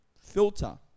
filter